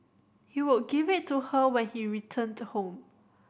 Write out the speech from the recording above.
he would give it to her when he returned home